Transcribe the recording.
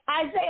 Isaiah